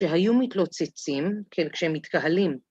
‫שהיו מתלוצצים, כשהם מתקהלים.